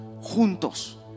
juntos